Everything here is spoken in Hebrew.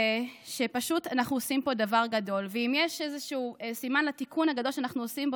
אם יש איזשהו סימן לתיקון הגדול שאנחנו עושים פה